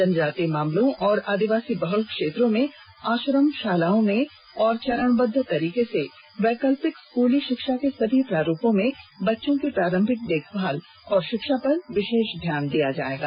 जनजातीय मामलों और आदिवासी बहल क्षेत्रों में आश्रमशालाओं में और चरणबद्ध तरीके से वैकल्पिक स्कूली शिक्षा के सभी प्रारूपों में बच्चों की प्रारंभिक देखभाल और शिक्षा पर विशेष ध्यान दिया जाएगा